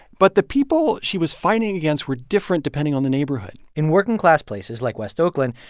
but the people she was fighting against were different depending on the neighborhood in working-class places like west oakland,